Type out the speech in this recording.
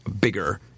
bigger